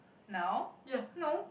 now no